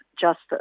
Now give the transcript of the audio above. justice